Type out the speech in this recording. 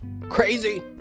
Crazy